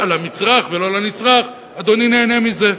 למצרך, ולא לנצרך, אדוני נהנה מזה.